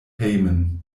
hejmen